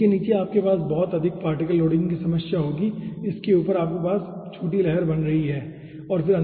तो उसके नीचे आपके पास बहुत अधिक पार्टिकल लोडिंग की समस्या होगी और इसके ऊपर आपके पास छोटी लहर बन रही हैं ठीक है